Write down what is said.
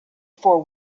for